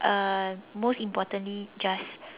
uh most importantly just